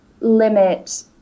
limit